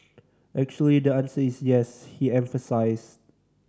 actually the answer is yes he emphasised